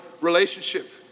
relationship